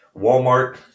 walmart